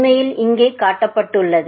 உண்மையில் இங்கே காட்டப்பட்டுள்ளது